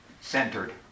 centered